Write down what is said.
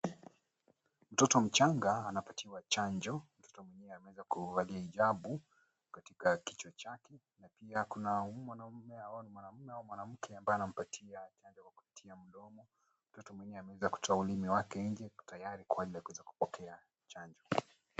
Mtoto mchanga anapatiwa chanjo. Mtoto mwenyewe ameweza kuvalia hijabu katika kichwa chake na pia kuna mwanaume, au ni mwanaume ama mwanamke ambaye anampatia chanjo kwa kupitia mdomo. Mtoto mwenyewe ameweza kutoa ulimi wake nje, tayari kwa ajili ya kuweza kupokea chanjo.